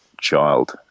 child